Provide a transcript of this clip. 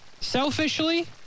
Selfishly